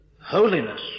holiness